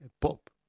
pop